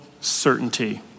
certainty